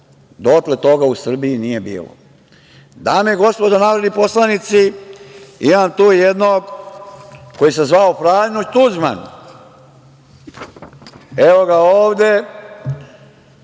Dotle toga u Srbiji nije bilo. Dame i gospodo narodni poslanici, imam tu jednog koji se zvao Franjo Tuđman. Evo ga ovde,